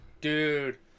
Dude